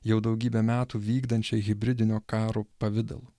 jau daugybę metų vykdančiai hibridinio karo pavidalu